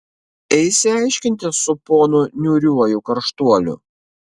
eisi aiškintis su ponu niūriuoju karštuoliu